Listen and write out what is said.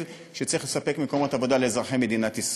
שצריך לספק מקומות עבודה לאזרחי מדינת ישראל.